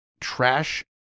trash